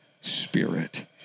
Spirit